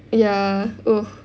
ya oh